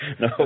No